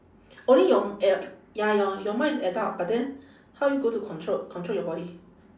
only your a~ ya your your mind is adult but then how you going to control control your body